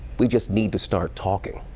we just need to start talking.